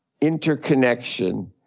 interconnection